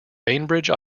bainbridge